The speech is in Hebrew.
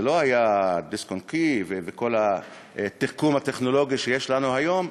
זה לא היה דיסק-און-קי וכל התחכום הטכנולוגי שיש לנו היום.